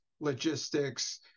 logistics